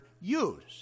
use